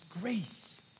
grace